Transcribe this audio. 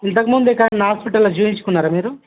ఇంతకు ముందు ఎక్కడన్న హాస్పిటల్లో చూపించుకున్నారా మీరు